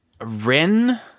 Rin